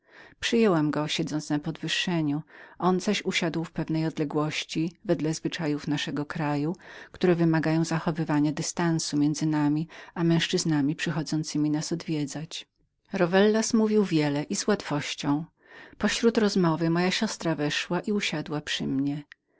przyjęłam go na balkonie ów zaś stał na dworze wedle zwyczajów naszego kraju które kładą znaczny rozdział między nami a męzczyznami przychodzącymi nas odwiedzać rowellas mówił wiele i z łatwością pośród rozmowy moja siostra weszła i usiadła przy mnie